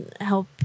help